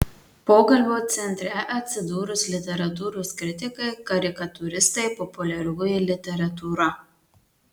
pokalbio centre atsidurs literatūros kritikai karikatūristai populiarioji literatūra